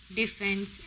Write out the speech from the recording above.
defense